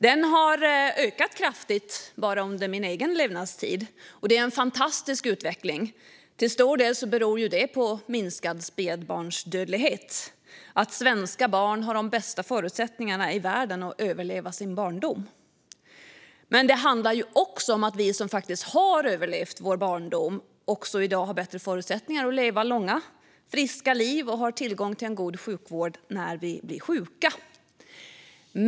Den har ökat kraftigt bara under min egen levnadstid, och det är en fantastisk utveckling. Till stor del beror det på minskad spädbarnsdödlighet. Svenska barn har de bästa förutsättningarna i världen att överleva sin barndom. Det handlar också om att vi som faktiskt har överlevt vår barndom också i dag har bättre förutsättningar att leva långa, friska liv och har tillgång till god sjukvård när vi blir sjuka.